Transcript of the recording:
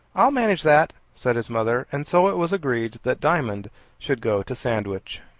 i'll manage that, said his mother and so it was agreed that diamond should go to sandwich.